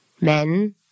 men